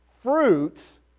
fruits